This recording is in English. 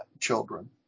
children